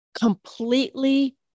completely